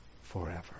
forever